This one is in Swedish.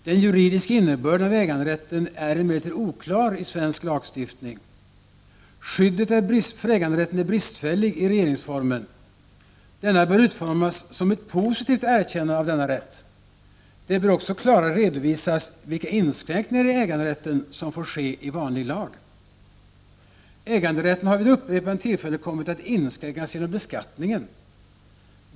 Den juridiska innebörden av äganderätten är emellertid oklar i svensk lagstiftning. Skyddet för äganderätten är bristfälligt i regeringsformen. Denna bör utformas som ett positivt erkännande av denna rätt. Det bör också klarare redovisas vilka inskränkningar i äganderätten som får ske i vanlig lag. Äganderätten har också vid upprepade tillfällen kommit att inskränkas genom beskattning.